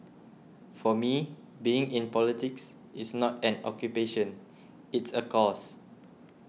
for me being in politics is not an occupation it's a cause